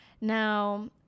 Now